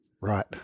Right